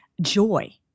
joy